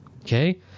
Okay